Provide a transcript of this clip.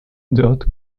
dot